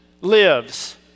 lives